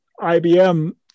IBM